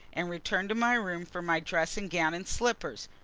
and returned to my room for my dressing-gown and slippers.